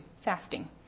fasting